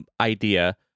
idea